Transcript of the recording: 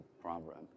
problem